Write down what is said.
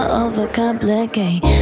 overcomplicate